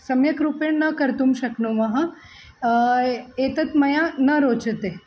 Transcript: सम्यग्रूपेण न कर्तुं शक्नुमः एतत् मह्यं न रोचते